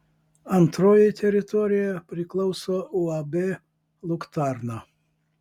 antroji teritorija priklauso uab luktarna